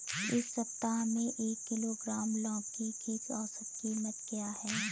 इस सप्ताह में एक किलोग्राम लौकी की औसत कीमत क्या है?